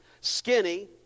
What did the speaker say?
skinny